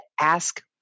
ask